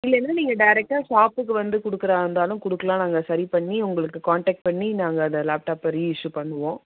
இல்லைனா நீங்கள் டேரெக்டாக ஷாப்புக்கு வந்து கொடுக்குறதா இருந்தாலும் கொடுக்கலாம் நாங்கள் சரி பண்ணி உங்களுக்கு கான்டெக்ட் பண்ணி நாங்கள் அந்த லேப்டாப்பை ரீஇஸ்யூ பண்ணுவோம்